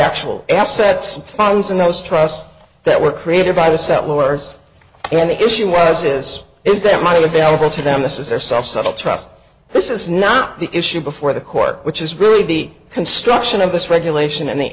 actual assets bonds and those trust that were created by the settlers and the issue was this is that myla valuable to them this is their self suttle trust this is not the issue before the court which is really the construction of this regulation and the